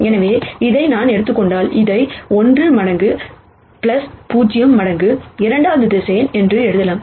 எனவே இதை நான் எடுத்துக் கொண்டால் இதை 1 மடங்கு 0 மடங்கு இரண்டாவது வெக்டர்ஸ் என்று எழுதலாம்